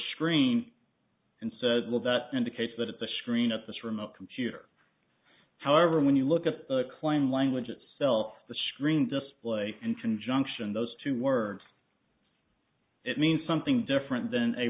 screen and said look that indicates that at the screen at this remote computer however when you look at a coin language itself the screen display and conjunction those two words it means something different than a